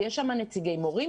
יש שם נציגי מורים,